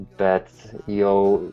bet jau